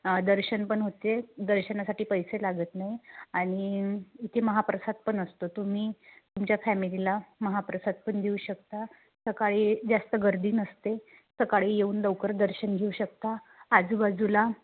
दर्शन पण होते दर्शनासाठी पैसे लागत नाही आणि इथे महाप्रसाद पण असतो तुम्ही तुमच्या फॅमिलीला महाप्रसाद पण देऊ शकता सकाळी जास्त गर्दी नसते सकाळी येऊन लवकर दर्शन घेऊ शकता आजूबाजूला